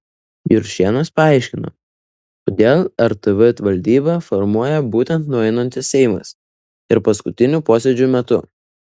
juršėnas paaiškino kodėl rtv valdybą formuoja būtent nueinantis seimas ir paskutinių posėdžių metu